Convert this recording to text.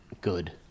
good